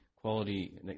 quality